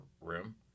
room